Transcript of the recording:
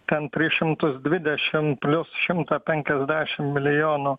ten tris šimtus dvidešimt plius šimtą penkiasdešimt milijonų